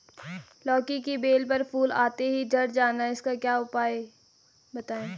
लौकी की बेल पर फूल आते ही झड़ जाना इसका उपाय बताएं?